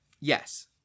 Yes